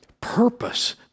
purpose